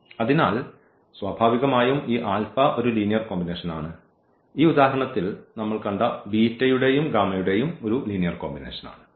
അതിനാൽ സ്വാഭാവികമായും ഈ ആൽഫ ഒരു ലീനിയർ കോമ്പിനേഷൻ ആണ് ഈ ഉദാഹരണത്തിൽ നമ്മൾ കണ്ട ബീറ്റയുടെയും ഗാമയുടെയും ഒരു ലീനിയർ കോമ്പിനേഷൻ ആണ്